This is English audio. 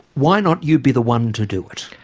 why not you be the one to do it?